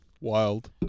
Wild